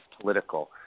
political